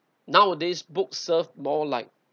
nowadays book serve more like